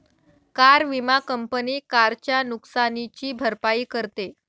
car विमा company कारच्या नुकसानीची भरपाई करते